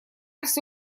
все